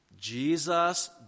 Jesus